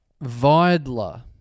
Vidler